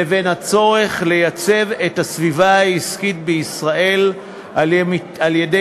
לבין הצורך לייצב את הסביבה העסקית בישראל על-ידי